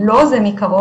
לא זה מקרוב,